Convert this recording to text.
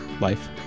life